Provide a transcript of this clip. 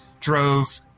Drove